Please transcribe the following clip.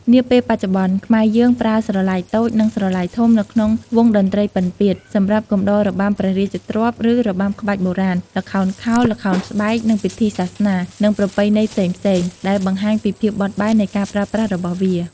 នាពេលបច្ចុប្បន្ន ខ្មែរយើងប្រើស្រឡៃតូច និងស្រឡៃធំ នៅក្នុងវង់តន្ត្រីពិណពាទ្យ សម្រាប់កំដររបាំព្រះរាជទ្រព្យ ឬរបាំក្បាច់បុរាណ ល្ខោនខោល ល្ខោនស្បែក និងពិធីសាសនា និងប្រពៃណីផ្សេងៗ ដែលបង្ហាញពីភាពបត់បែននៃការប្រើប្រាស់របស់វា។